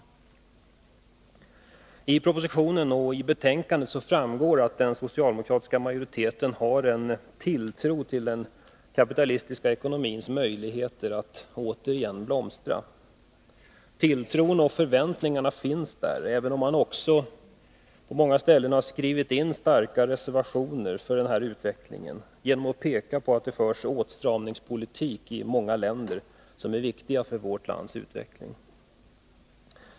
Av propositionen och betänkandet framgår att den socialdemokratiska majoriteten sätter tilltro till den kapitalistiska ekonomins möjligheter att återigen blomstra. Tilltron och förväntningarna finns där, även om man också på många ställen har skrivit in starka reservationer för denna utveckling genom att peka på att det förs en åtstramningspolitik i många länder som är viktiga för vårt lands utveckling.